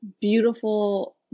beautiful